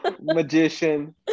Magician